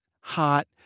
hot